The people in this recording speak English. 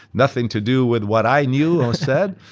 nothing to do with what i knew or said,